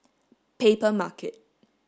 paper market